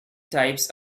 types